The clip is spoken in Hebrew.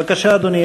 בבקשה, אדוני.